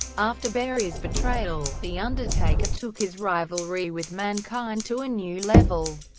after bearer's betrayal, the undertaker took his rivalry with mankind to a new level,